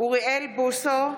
אוריאל בוסו,